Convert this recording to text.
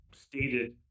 stated